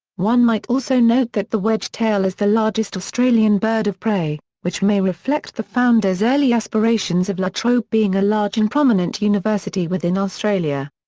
one might also note that the wedge-tail is the largest australian bird of prey, which may reflect the founder's early aspirations of la trobe being a large and prominent university university within australia.